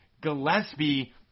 Gillespie